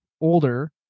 older